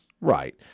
Right